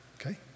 Okay